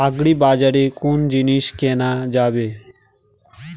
আগ্রিবাজারে কোন জিনিস কেনা যাবে?